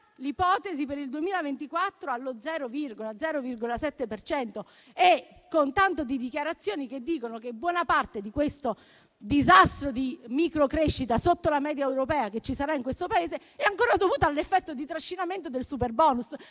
l'ipotesi per il 2024 allo 0,7 per cento, con tanto di dichiarazioni che dicono che buona parte di questo disastro di micro-crescita sotto la media europea che ci sarà nel Paese è ancora dovuto all'effetto di trascinamento del superbonus.